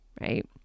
right